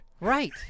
Right